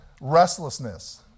restlessness